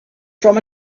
from